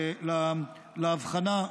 לאבחנה,